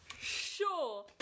Sure